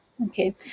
Okay